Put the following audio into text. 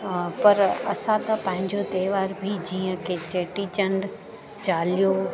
पर असां त पंहिंजो त्योहार बि जीअं की चेटीचंड चालीहो